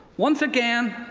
once again,